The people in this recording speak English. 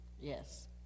yes